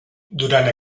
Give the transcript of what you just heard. durant